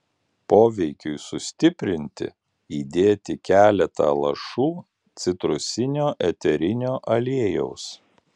poveikiui sustiprinti įdėti keletą lašų citrusinio eterinio aliejaus